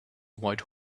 white